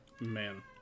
Man